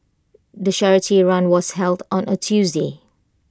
the charity run was held on A Tuesday